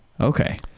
Okay